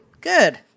Good